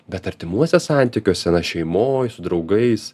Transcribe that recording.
bet artimuose santykiuose na šeimoj su draugais